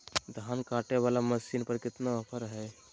धान कटे बाला मसीन पर कितना ऑफर हाय?